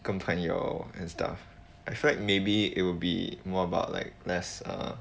跟朋友 or and stuff I feel like maybe it will be more about like less err